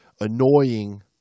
annoying